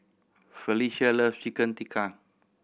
Felice loves Chicken Tikka